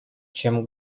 чем